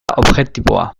objektiboa